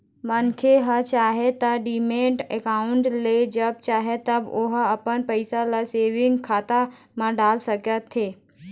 मनखे ह चाहय त डीमैट अकाउंड ले जब चाहे तब ओहा अपन पइसा ल सेंविग खाता म डाल सकथे